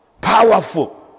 Powerful